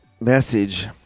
message